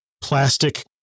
plastic